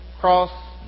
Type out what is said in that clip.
cross